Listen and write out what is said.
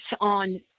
on